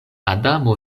adamo